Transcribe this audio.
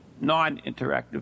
non-interactive